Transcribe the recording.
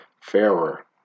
Fairer